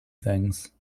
things